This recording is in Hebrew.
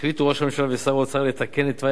החליטו ראש הממשלה ושר האוצר לתקן את תוואי